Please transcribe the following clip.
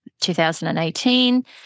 2018